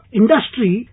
industry